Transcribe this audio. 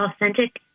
authentic